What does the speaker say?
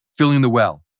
fillingthewell